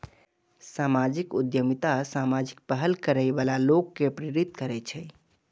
सामाजिक उद्यमिता सामाजिक पहल करै बला लोक कें प्रेरित करै छै